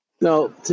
no